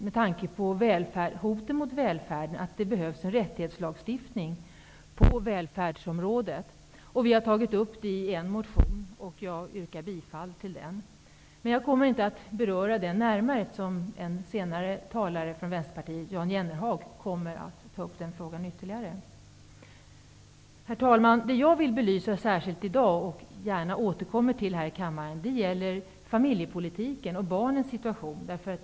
Med tanke på hoten mot välfärden tycker vi att det behövs en rättighetslagstiftning på välfärdsområdet. Vi har tagit upp det i en motion. Jag yrkar bifall till den. Jag kommer dock inte att beröra den motionen närmare, eftersom Jan Jennehag, som skall tala senare för Vänstepartiet, kommer att ta upp den frågan ytterligare. Herr talman! I dag vill jag särskilt belysa, och gärna återkomma till här i kammaren, familjepolitiken och barnens situation.